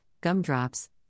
gumdrops